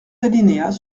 alinéas